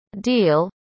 deal